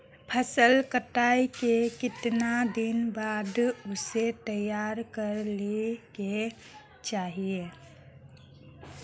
फसल कटाई के कीतना दिन बाद उसे तैयार कर ली के चाहिए?